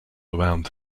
around